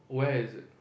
where is it